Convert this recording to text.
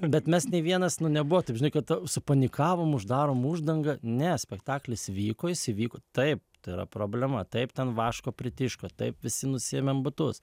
bet mes nė vienas nebuvo taip žinai kad supanikavom uždarom uždangą ne spektaklis vyko jis įvyko taip tai yra problema taip ten vaško pritiško taip visi nusiėmėm batus